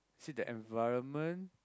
is it the environment